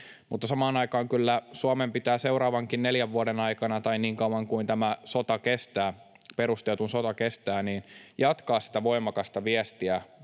Mutta samaan aikaan Suomen pitää kyllä seuraavankin neljän vuoden aikana, tai niin kauan kuin tämä perusteeton sota kestää, jatkaa sitä voimakasta viestiä